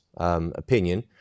Opinion